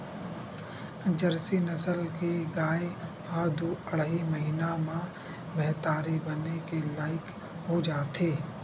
Jersey नसल के गाय ह दू अड़हई महिना म महतारी बने के लइक हो जाथे